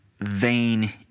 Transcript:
vain